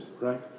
right